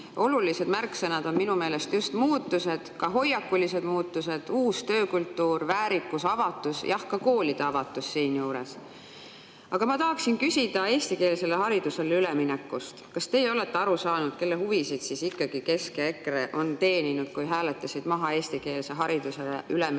Olulised märksõnad on minu meelest just muutused, ka hoiakulised muutused, uus töökultuur, väärikus, avatus, jah, ka koolide avatus siinjuures. Aga ma tahaksin küsida eestikeelsele haridusele ülemineku kohta. Kas teie olete aru saanud, kelle huvisid ikkagi Kesk ja EKRE teenisid, kui hääletasid maha eestikeelsele haridusele ülemineku